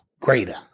greater